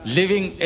living